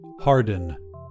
Harden